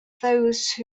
those